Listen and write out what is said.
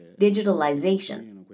digitalization